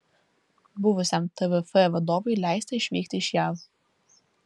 buvusiam tvf vadovui leista išvykti iš jav